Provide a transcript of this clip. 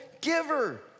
giver